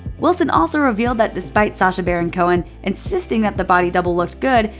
wilson also revealed that despite sacha baron cohen insisting that the body double looked good,